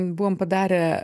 buvom padarę